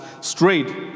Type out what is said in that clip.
straight